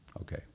okay